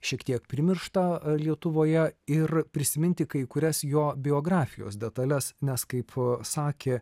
šiek tiek primirštą lietuvoje ir prisiminti kai kurias jo biografijos detales nes kaip sakė